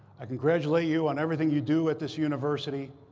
i congratulate you on everything you do at this university.